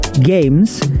games